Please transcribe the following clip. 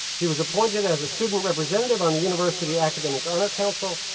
he was appointed as a student representative on the university academic honor council,